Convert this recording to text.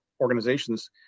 organizations